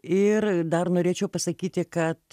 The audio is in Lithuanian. ir dar norėčiau pasakyti kad